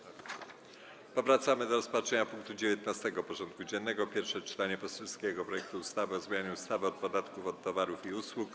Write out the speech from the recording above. Powracamy do rozpatrzenia punktu 19. porządku dziennego: Pierwsze czytanie poselskiego projektu ustawy o zmianie ustawy o podatku od towarów i usług.